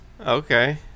Okay